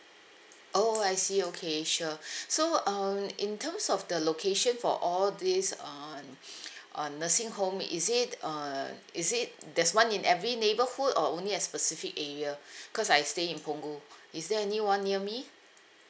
oh oh I see okay sure so um in terms of the location for all these um uh nursing home is it uh is it there's one in every neighbourhood or only a specific area cause I stay in punggol is there any one near me